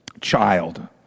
Child